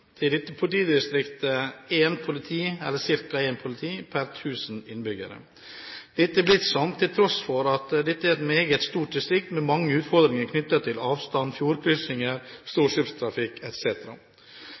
Det er i dette politidistriktet én politi per 1 000 innbyggere. Dette er blitt slik, til tross for at dette er et meget stort distrikt, med mange utfordringer knyttet til avstand, fjordkryssinger,